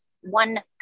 one